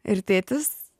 ir tėtis